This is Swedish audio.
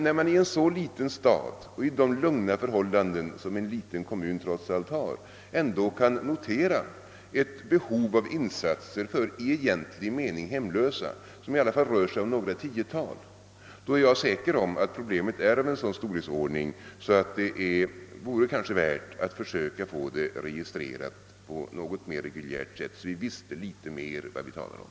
När man i en så liten stad och under de lugna förhållanden som ändå utmärker en liten kommun kan notera ett behov av insatser för i egentlig mening hemlösa, som i alla fall uppgår till några tiotal, är jag säker på att problemet är av en sådan storleksordning att det vore värt att försöka få det registrerat på ett något mer reguljärt sätt, så att vi litet mera visste vad vi talar om.